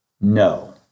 No